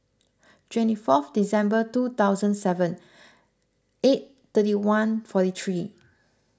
twenty fourth December two thousand seven eight thirty one forty three